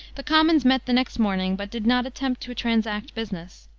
the commons met the next morning, but did not attempt to transact business.